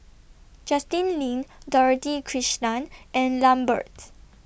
Justin Lean Dorothy Krishnan and Lambert